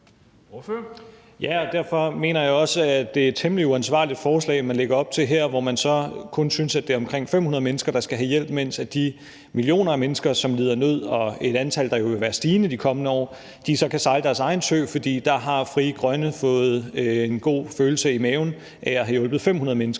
derfor mener jeg også, at det er et temmelig uansvarligt forslag, man her lægger op til, hvor man kun synes, at det er omkring 500 mennesker, der skal have hjælp, mens de millioner af mennesker, der lider nød – og det er jo et antal, der vil være stigende i de kommende år – kan sejle deres egen sø, fordi der har Frie Grønne fået en god følelse i maven ved at have hjulpet 500 mennesker.